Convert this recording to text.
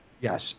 Yes